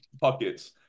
pockets